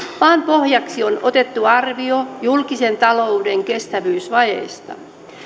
vaan pohjaksi on otettu arvio julkisen talouden kestävyysvajeesta